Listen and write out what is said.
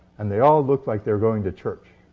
and they all look like they're going to church.